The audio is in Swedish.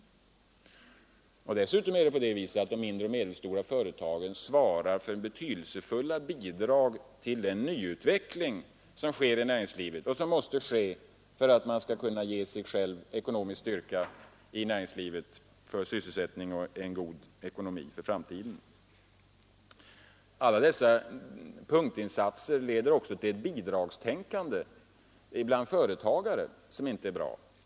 Dessutom är det på det viset att de mindre och medelstora företagen svarar för betydelsefulla bidrag till den nyutveckling som sker i näringslivet och som måste ske för att man skall kunna ge sig själv ekonomisk styrka i näringslivet för sysselsättning och god ekonomi för framtiden. Alla dessa punktinsatser leder också till ett bidragstänkande bland företagare, vilket inte är bra.